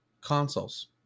consoles